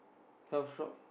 health shop